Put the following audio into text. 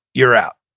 you're out.